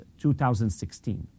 2016